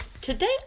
Today